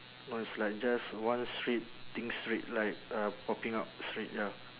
no it's like just one straight thing straight like uh popping out straight ya